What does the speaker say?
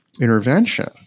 intervention